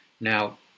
Now